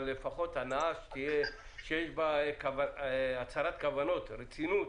אבל לפחות הנעה שיש בה הצהרת כוונות, רצינות,